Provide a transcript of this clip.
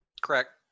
Correct